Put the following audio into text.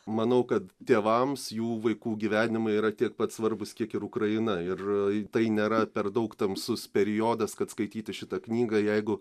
manau kad tėvams jų vaikų gyvenimai yra tiek pat svarbūs kiek ir ukraina ir tai nėra per daug tamsus periodas kad skaityti šitą knygą jeigu